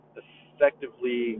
effectively